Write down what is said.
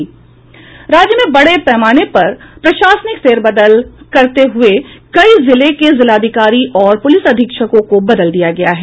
राज्य में बड़े पैमाने पर प्रशासनिक फेरबदल करते हुए कई जिलों के जिलाधिकारी और पुलिस अधीक्षकों को बदल दिया गया है